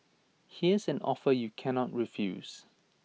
here's an offer you can not refuse